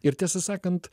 ir tiesą sakant